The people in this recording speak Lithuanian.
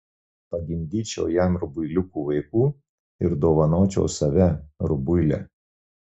pagimdyčiau jam rubuiliukų vaikų ir dovanočiau save rubuilę